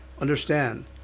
understand